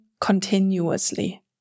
continuously